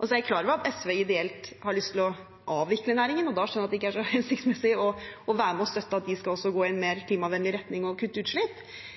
Så er jeg klar over at SV ideelt har lyst til å avvikle næringen, og da skjønner jeg at det ikke er så hensiktsmessig å være med og støtte at de også skal gå i en mer klimavennlig retning og kutte utslipp.